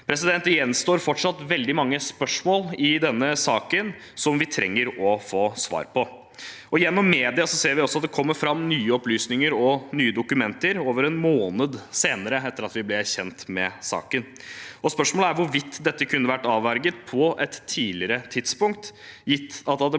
skjedd. Det gjenstår fortsatt veldig mange spørsmål i denne saken som vi trenger å få svar på. Gjennom media ser vi også at det kommer fram nye opplysninger og nye dokumenter over en måned etter at vi ble kjent med saken. Spørsmålet er hvorvidt dette kunne vært avverget på et tidligere tidspunkt, gitt at det